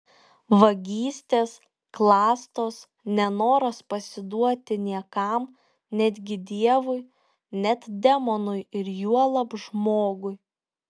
vagystės klastos nenoras pasiduoti niekam netgi dievui net demonui ir juolab žmogui